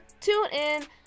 TuneIn